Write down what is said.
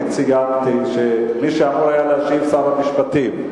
אני ציינתי שאמור היה להשיב שר המשפטים.